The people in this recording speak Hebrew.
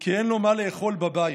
כי אין לו מה לאכול בבית,